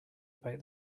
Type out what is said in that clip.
about